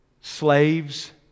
Slaves